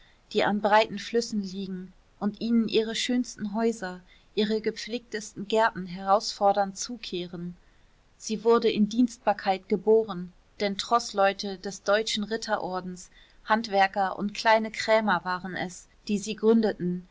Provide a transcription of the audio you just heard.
die an breiten flüssen liegen und ihnen ihre schönsten häuser ihre gepflegtesten gärten herausfordernd zukehren sie wurde in dienstbarkeit geboren denn troßleute des deutschen ritterordens handwerker und kleine krämer waren es die sie gründeten